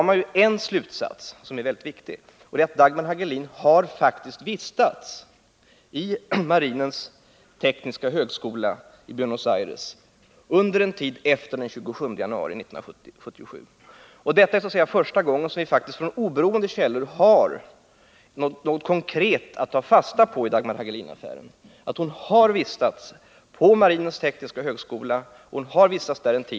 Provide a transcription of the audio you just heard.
Man kan dra en väldigt viktig slutsats, nämligen att Dagmar Hagelin faktiskt har vistats på marinens tekniska högskola i Buenos Aires under en tid efter den 27 januari 1977. Detta är första gången som vi från oberoende källor har något konkret att ta fasta på i affären Dagmar Hagelin.